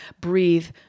breathe